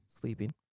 Sleeping